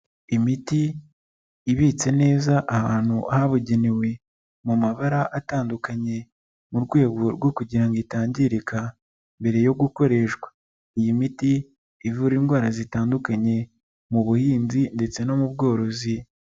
Imiti ibitse neza ahantu habugenewe mu mabara atandukanye, mu rwego rwo kugira ngo itangirika mbere yo gukoreshwa. Iyi miti ivura indwara zitandukanye, mu buhinzi ndetse no mu bworozi.